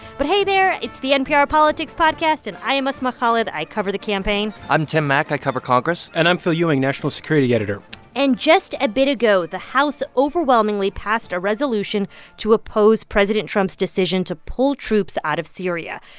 but hey there. it's the npr politics podcast, and i'm asma khalid. i cover the campaign i'm tim mak. i cover congress and i'm phil ewing, national security editor and just a bit ago, the house overwhelmingly passed a resolution to oppose president trump's decision to pull troops out of syria.